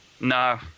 No